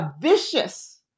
vicious